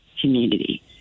community